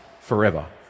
forever